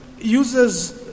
uses